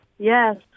Yes